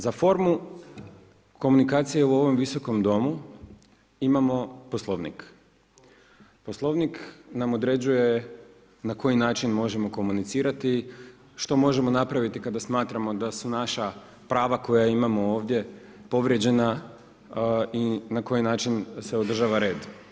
Za formu komunikacija je u ovom Visokom domu imamo Poslovnik, Poslovnik nam određuje na koji način možemo komunicirati, što možemo napraviti kada smatramo da su naša prava koja imamo ovdje povrijeđena i na koji način se održava red.